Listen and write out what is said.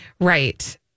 Right